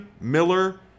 Miller